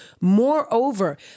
Moreover